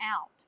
out